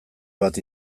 bat